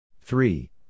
three